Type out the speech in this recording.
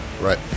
Right